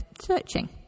searching